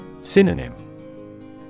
Synonym